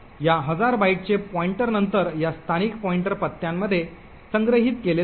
या हजार बाइटचे पॉइंटर नंतर या स्थानिक पॉईंटर पत्त्यामध्ये संग्रहित केले जाईल